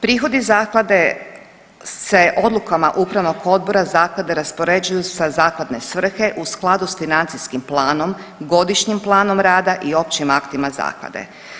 Prihodi zaklade se odlukama Upravnog odbora zaklade raspoređuju za zakladne svrhe u skladu s financijskim planom, godišnjim planom rada i općim aktima zaklade.